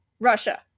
Russia